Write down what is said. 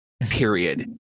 Period